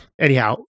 Anyhow